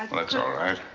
that's all right.